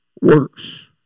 works